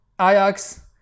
Ajax